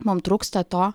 man trūksta to